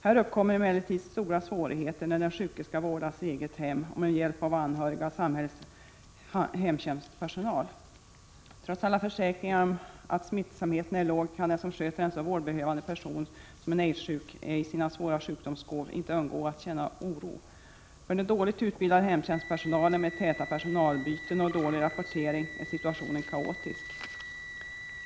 Här uppkommer emellertid stora svårigheter när den sjuke skall vårdas i eget hem och med hjälp av anhöriga och samhällets hemtjänstpersonal. Trots alla försäkringar om att smittsamheten är låg kan den som sköter en så vårdbehövande person som en aidssjuk är i sina svåra sjukdomsskov inte undgå att känna oro. För den dåligt utbildade hemtjänstpersonalen, med täta personalbyten och dålig rapportering, är situationen kaotisk.